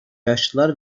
yaşlılar